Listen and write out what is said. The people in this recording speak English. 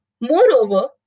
Moreover